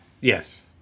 Yes